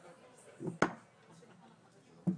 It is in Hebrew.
ויש פה כל מיני סיפורים האם תהיה פה שללילה,